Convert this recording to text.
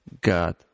God